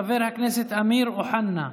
חבר הכנסת אמיר אוחנה,